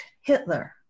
Hitler